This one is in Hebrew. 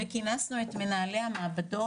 כינסנו את מנהלי המעבדות.